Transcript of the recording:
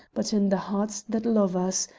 but in the hearts that love us,